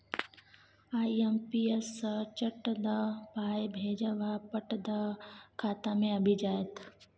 IMPS सँ चट दअ पाय भेजब आ पट दअ खाता मे आबि जाएत